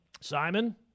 Simon